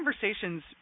conversations